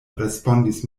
respondis